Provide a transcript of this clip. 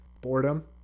Boredom